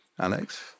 Alex